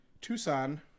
Tucson